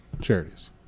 charities